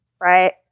right